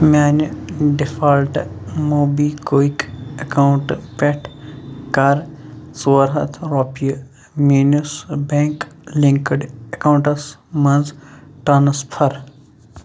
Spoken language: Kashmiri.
میٛانہِ ڈِفالٹہٕ موبی کُوِک اکاونٛٹہٕ پٮ۪ٹھ کَر ژور ہتھ رۄپیہِ میٛٲنِس بیٛنٛک لِنٛکٕڈ اکاونٹَس مَنٛز ٹرٛانٕسفر